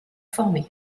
formé